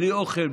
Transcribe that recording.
בלי אוכל,